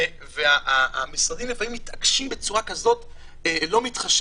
והמשרדים לפעמים מתעקשים בצורה לא מתחשבת.